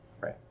right